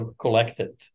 collected